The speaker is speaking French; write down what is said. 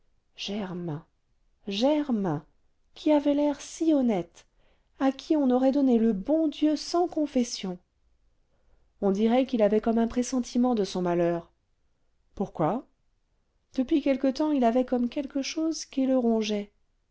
germain germain qui avait l'air si honnête à qui on aurait donné le bon dieu sans confession on dirait qu'il avait comme un pressentiment de son malheur pourquoi depuis quelque temps il avait comme quelque chose qui le rongeait